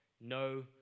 no